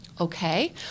Okay